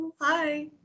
Hi